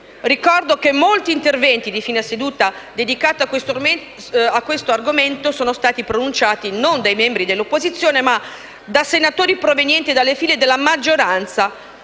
Ricordo che molti interventi di fine seduta dedicati a questo argomento sono stati pronunciati non dai membri dell'opposizione, ma da senatori provenienti dalle file della maggioranza,